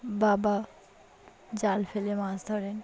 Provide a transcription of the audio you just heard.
বাবা জাল ফেলে মাছ ধরেন